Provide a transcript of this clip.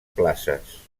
places